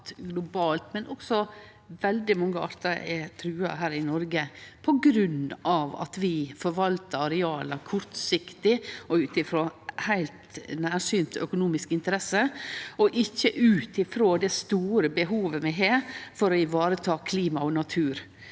globalt, men også veldig mange artar er trua her i Noreg på grunn av at vi forvaltar areala kortsiktig og ut frå ei heilt nærsynt økonomisk interesse, og ikkje ut frå det store behovet vi har for å vareta klima og natur.